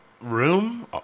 Room